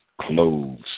clothes